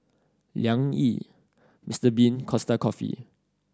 Liang Yi Mister Bean Costa Coffee